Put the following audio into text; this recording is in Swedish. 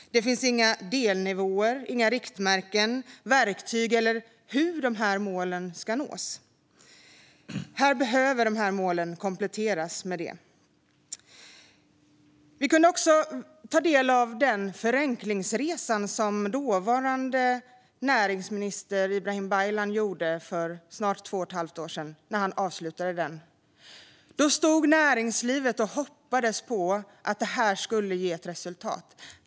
Det finns inga delnivåer, inga riktmärken och inga verktyg, och det anges inte hur dessa mål ska nås. Målen behöver kompletteras med detta. Vi har också kunnat ta del av den förenklingsresa som dåvarande näringsminister Ibrahim Baylan avslutade för snart två och ett halvt år sedan. Då hoppades näringslivet att detta skulle ge resultat.